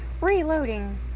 Reloading